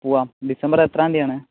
പോവാം ഡിസംബർ എത്രാം തിയ്യതിയാണ്